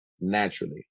naturally